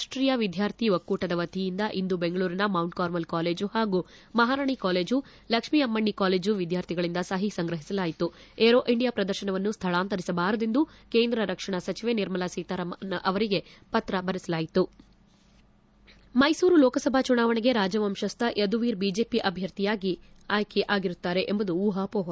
ರಾಷ್ಷೀಯ ವಿದ್ಗಾರ್ಥಿ ಒಕ್ಕೂಟವತಿಯಿಂದ ಇಂದು ಬೆಂಗಳೂರಿನ ಮೌಂಟ್ ಕಾರ್ಮಲ್ ಕಾಲೇಜು ಹಾಗೂ ಮಹಾರಾಣಿ ಕಾಲೇಜು ಲಕ್ಷ್ಮೀ ಅಮ್ಮಣಿ ಕಾಲೇಜು ವಿದ್ಯಾರ್ಥಿಗಳಿಂದ ಸಹಿ ಸಂಗ್ರಹಿಸಲಾಯಿತು ಏರೋ ಇಂಡಿಯಾ ಪ್ರದರ್ಶನವನ್ನು ಸ್ಥಳಾಂತರಿಸಬಾರದೆಂದು ಕೇಂದ್ರ ರಕ್ಷಣಾ ಸಚಿವೆ ನಿರ್ಮಲಾ ಸೀತಾರಾಮನ್ ಅವರಿಗೆ ಪತ್ರ ರವಾನಿಸಲಾಗುತ್ತಿದೆ ಮೈಸೂರು ಲೋಕಸಭಾ ಚುನಾವಣೆಗೆ ರಾಜವಂಶಸ್ವ ಯುದುವೀರ್ ಬಿಜೆಪಿ ಅಭ್ಯರ್ಥಿ ಆಗುತ್ತಾರೆ ಎಂಬುದು ಊಹಾಪೋಹ